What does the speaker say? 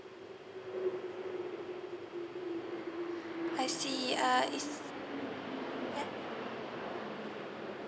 I see uh it's yup